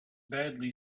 badly